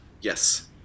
Yes